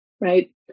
right